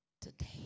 today